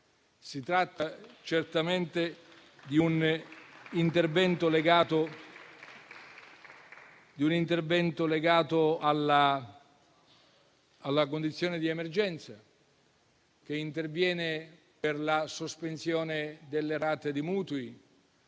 Si tratta certamente di un intervento legato alla condizione di emergenza, che interviene per la sospensione delle rate dei mutui,